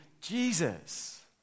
Jesus